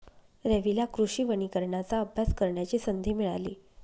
रवीला कृषी वनीकरणाचा अभ्यास करण्याची संधी मिळाली